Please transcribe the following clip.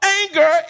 anger